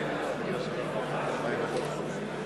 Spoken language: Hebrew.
הצעת חוק-יסוד: